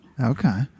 Okay